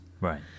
Right